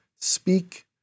speak